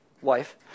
Wife